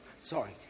Sorry